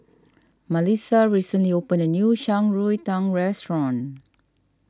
Malissa recently opened a new Shan Rui Tang Restaurant